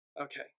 okay